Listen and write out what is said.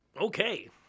Okay